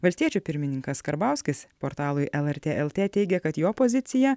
valstiečių pirmininkas karbauskis portalui lrt lt teigė kad jo pozicija